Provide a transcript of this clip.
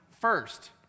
first